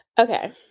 Okay